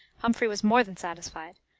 humphrey was more than satisfied,